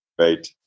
Right